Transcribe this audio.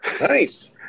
Nice